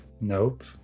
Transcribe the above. Nope